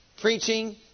preaching